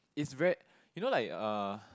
is very you know like uh